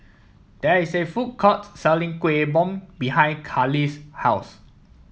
there is a food court selling Kuih Bom behind Kahlil's house